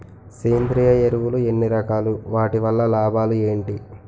సేంద్రీయ ఎరువులు ఎన్ని రకాలు? వాటి వల్ల లాభాలు ఏంటి?